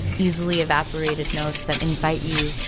easily evaporated notes that invite you,